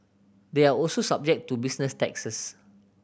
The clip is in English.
they are also subject to business taxes